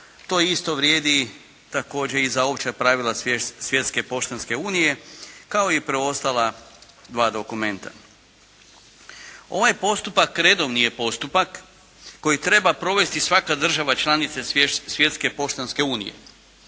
To isto vrijedi također i za Opća pravila Svjetske poštanske unije, kao i preostala dva dokumenta. Ovaj postupak redovni je postupak koji treba provesti svaka država članica Svjetske poštanske unije,